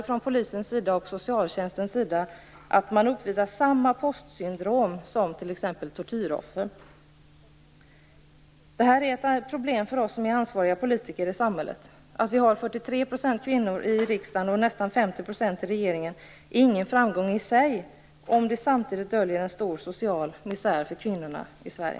Från polisens och socialtjänstens sida menar man att de uppvisar samma postsyndrom som t.ex. Detta är ett problem för oss som är ansvariga politiker i samhället. Att vi har 43 % kvinnor i riksdagen och nästan 50 % i regeringen är ingen framgång i sig, om vi samtidigt döljer en stor social misär för kvinnorna i Sverige.